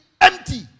empty